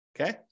Okay